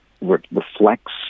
reflects